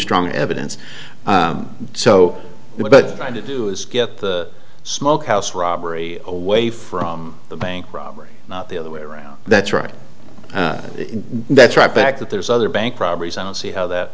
strong evidence so you know but i did do is get the smoke house robbery away from the bank robbery not the other way around that's right that's right back that there's other bank robberies i don't see how that